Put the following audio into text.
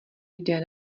jde